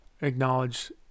acknowledge